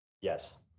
Yes